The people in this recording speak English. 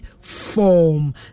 form